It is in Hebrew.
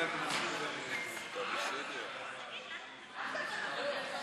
להעביר לוועדה את הצעת חוק הצעת חוק ברית הזוגיות האזרחית,